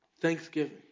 Thanksgiving